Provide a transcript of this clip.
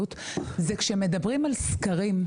זה שכשמדברים על סקרים,